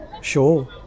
sure